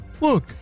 Look